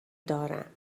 دارم